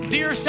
Dear